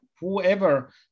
whoever